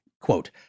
Quote